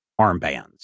armbands